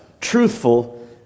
truthful